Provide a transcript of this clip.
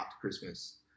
Christmas